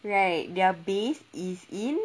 right they're based is in